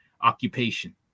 occupation